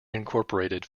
incorporated